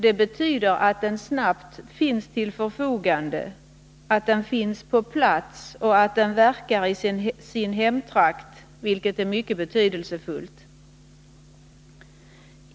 Det betyder att den snabbt finns till förfogande, att den finns på plats och verkar i sin hemtrakt, vilket är mycket betydelsefullt.